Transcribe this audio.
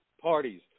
parties